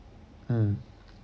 uh